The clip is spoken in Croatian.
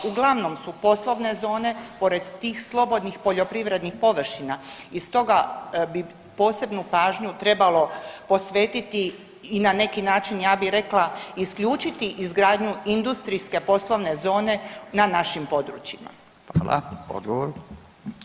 Uglavnom su poslovne zone pored tih slobodnih poljoprivrednih površina i stoga bi posebnu pažnju trebalo posvetiti i na neki način ja bi rekla i isključiti izgradnju industrijske poslovne zone na našim područjima.